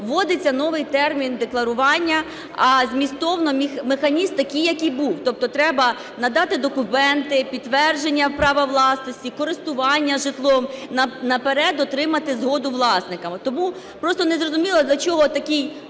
вводиться новий термін декларування. А змістовно механізм такий, який і був, тобто треба надати документи, підтвердження права власності, користування житлом і наперед отримати згоду власника. Тому просто незрозуміло для чого такий